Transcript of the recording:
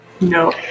No